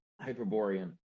hyperborean